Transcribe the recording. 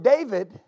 David